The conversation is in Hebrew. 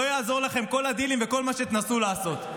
לא יעזור לכם כל הדילים וכל מה שתנסו לעשות.